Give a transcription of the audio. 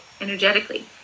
energetically